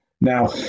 Now